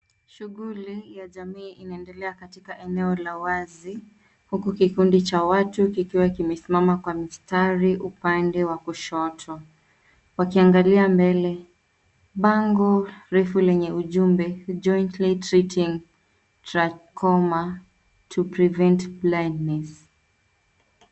Shughuli ya jamii inaendelea katika eneo la wazi, huku kikundi cha watu kikiwa kimesimama kwa mistari upande wa kushoto wakiangalia mbele. Bango refu lenye ujumbe jointly treating Trachoma to prevent blindness .